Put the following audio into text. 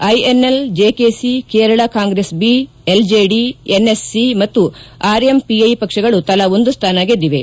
INL GKC Kerala Congress B LJD NSC ಮತ್ತು RMPI ಪಕ್ಷಗಳು ತಲಾ ಒಂದು ಸ್ಥಾನ ಗೆದ್ದಿವೆ